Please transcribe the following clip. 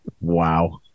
Wow